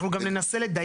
אנחנו גם ננסה לדייק.